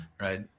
right